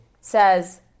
says